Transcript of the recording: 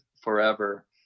forever